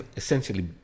essentially